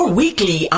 weekly